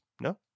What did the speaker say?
No